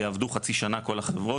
יעבדו חצי שנה כל החברות,